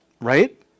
Right